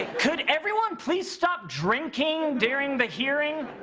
could everyone please stop drinking during the hearing?